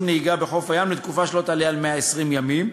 נהיגה בחוף הים לתקופה שלא תעלה על 120 ימים,